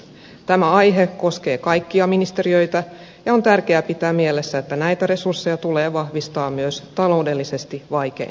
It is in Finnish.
tämä aihe koskee kaikkia ministeriöitä ja on tärkeää pitää mielessä että näitä resursseja tulee vahvistaa myös taloudellisesti vaikeina aikoina